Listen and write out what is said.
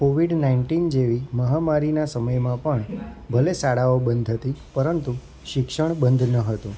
Covid nineteen જેવી મહામારીના સમયમાં પણ ભલે શાળાઓ બંધ થતી પરંતુ શિક્ષણ બંધ ન હતું